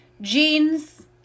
jeans